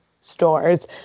stores